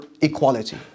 equality